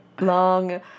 long